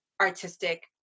artistic